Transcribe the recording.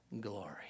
glory